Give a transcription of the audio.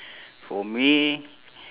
for me